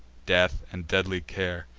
death and deadly care,